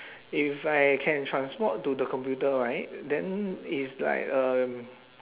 if I can transform to the computer right then it's like um